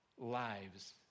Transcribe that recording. lives